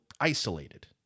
isolated